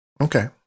Okay